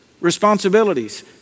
responsibilities